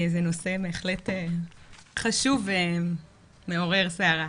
זה נושא בהחלט חשוב ומעורר סערה.